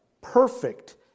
perfect